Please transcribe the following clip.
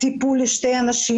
טיפול לשני אנשים.